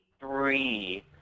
three